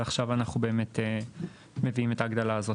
ועכשיו אנחנו באמת מביאים את ההגדלה הזאת.